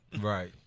Right